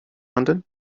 london